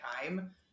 time